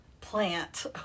Plant